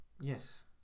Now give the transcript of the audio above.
Yes